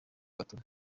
gatuna